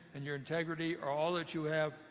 and your integrity are all that you have,